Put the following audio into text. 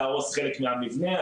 להרוס חלק מהמבנה,